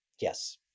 yes